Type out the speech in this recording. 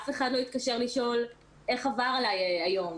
אף אחד לא התקשר לשאול איך עבר עלי היום,